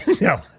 No